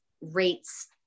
rates